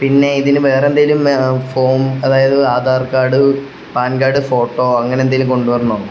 പിന്നെ ഇതിന് വേറെന്തേലും ഫോം അതായത് Aadhaar card PAN card photo അങ്ങനെ എന്തേലും കൊണ്ടുവരണോ